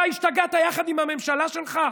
אתה השתגעת יחד עם הממשלה שלך?